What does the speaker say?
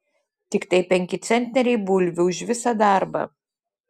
tiktai penki centneriai bulvių už visą darbą